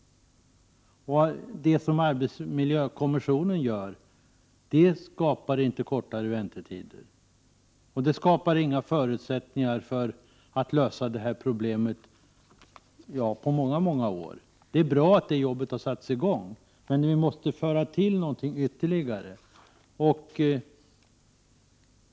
Det som arbetsmiljökommissionen gör skapar inte kortare väntetider och inte heller förutsättningar för att lösa det här problemet på många, många år. Det är bra att det jobbet har satts i gång, men vi måste föra till någonting ytterligare.